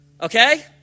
okay